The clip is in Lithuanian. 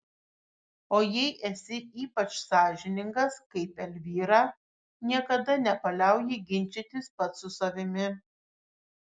o jei esi ypač sąžiningas kaip elvyra niekada nepaliauji ginčytis pats su savimi